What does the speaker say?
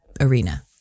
arena